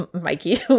Mikey